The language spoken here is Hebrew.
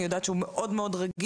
אני יודעת שהוא מאוד מאוד רגיש,